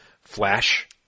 flash